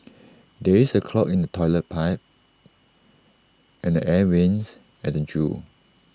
there is A clog in the Toilet Pipe and the air Vents at the Zoo